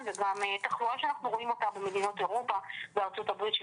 וגם תחלואה שאנחנו רואים אותה במדינות אירופה וארצות הברית,